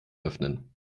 öffnen